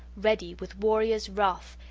ready, with warrior's wrath,